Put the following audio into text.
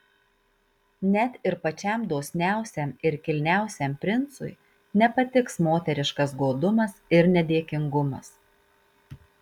net ir pačiam dosniausiam ir kilniausiam princui nepatiks moteriškas godumas ir nedėkingumas